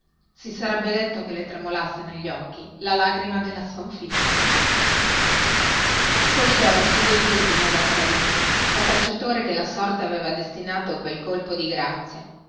si sarebbe detto che le tremolasse negli occhi la lagrima della sconfitta polidori fu degli ultimi ad assalirla da cacciatore che la sorte aveva destinato pel colpo di grazia